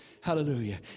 Hallelujah